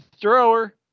thrower